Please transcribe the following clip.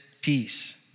peace